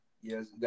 Yes